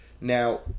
Now